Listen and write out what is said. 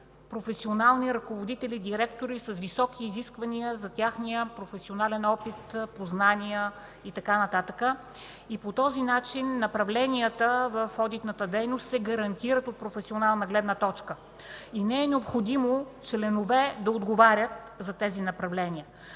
професионални ръководители, директори с високи изисквания за техния професионален опит, познания и така нататък. По този начин направленията в одитната дейност се гарантират от професионална гледна точка. Не е необходимо членове да отговарят за тези направления.